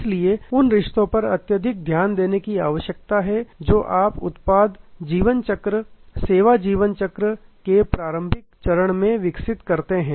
इसलिए उन रिश्तों पर अत्यधिक ध्यान देने की आवश्यकता है जो आप उत्पाद जीवन चक्र सेवा जीवन चक्र के प्रारंभिक चरण में विकसित करते हैं